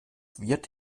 wird